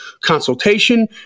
consultation